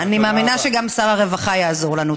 אני מאמינה שגם שר הרווחה יעזור לנו.